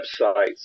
websites